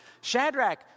Shadrach